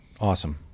awesome